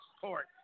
court